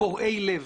קורעי לב,